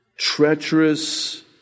treacherous